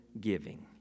Giving